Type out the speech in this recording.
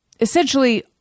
essentially